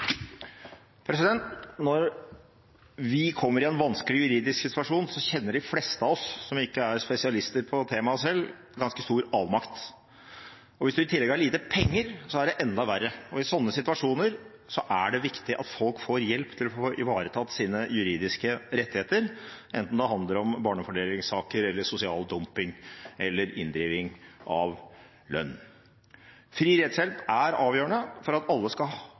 Når vi kommer i en vanskelig juridisk situasjon, føler de fleste av oss som ikke er spesialister på temaet selv, ganske stor avmakt. Hvis man i tillegg har lite penger, er det enda verre. I slike situasjoner er det viktig at folk får hjelp til å få ivaretatt sine juridiske rettigheter, enten det handler om barnefordelingssaker, sosial dumping eller inndriving av lønn. Fri rettshjelp er avgjørende for at alle som har rett, også skal